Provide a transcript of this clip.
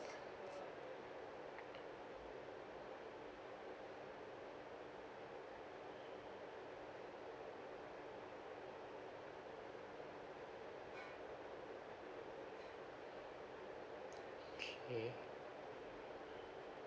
mmhmm